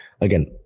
again